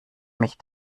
mich